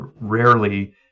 rarely